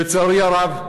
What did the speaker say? לצערי הרב,